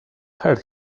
heard